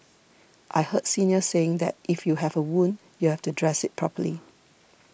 I heard seniors saying that if you have a wound you have to dress it properly